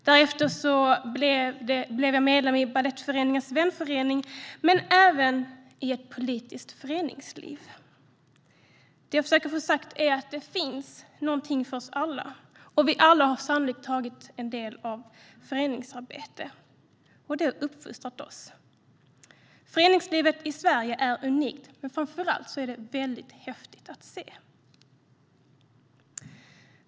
Därefter blev jag medlem i balettens vänförening och deltog även i det politiska föreningslivet. Det jag försöker få sagt är att det finns något för oss alla, och vi alla har sannolikt tagit del av föreningsarbete. Det har uppfostrat oss. Föreningslivet i Sverige är unikt men framför allt häftigt att se!